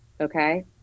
okay